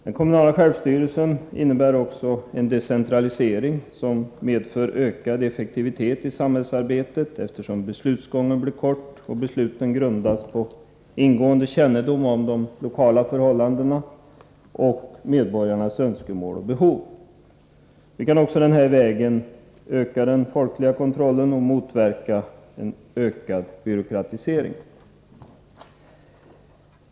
Den kommunala självstyrelsen innebär också en decentralisering som medför ökad effektivitet i samhällsarbetet, eftersom beslutsgången blir kort och beslut grundas på ingående kännedom om de lokala förhållandena och medborgarnas önskemål och behov. Vi kan också på detta sätt öka den folkliga kontrollen och motverka en ökad byråkratisering.